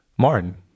Martin